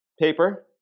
Paper